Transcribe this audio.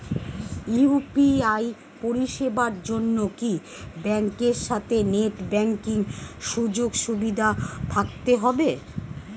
UPI পরিষেবার জন্য কি ব্যাংকের সাথে নেট ব্যাঙ্কিং সুযোগ সুবিধা থাকতে হবে?